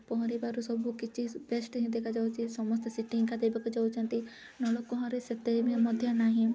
ପହଁରିବାରୁ ସବୁ କିଛି ବେଷ୍ଟ୍ ହିଁ ଦେଖାଯାଉଛି ସମସ୍ତେ ସେଇଠି ହିଁ ଗାଧୋଇବାକୁ ଯାଉଛନ୍ତି ନଳକୂଅରେ ସେତେ ବି ମଧ୍ୟ ନାହିଁ